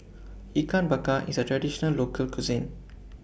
Ikan Bakar IS A Traditional Local Cuisine